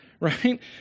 right